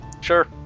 Sure